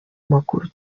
amakuru